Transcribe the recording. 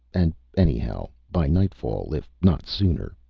and anyhow, by nightfall, if not sooner,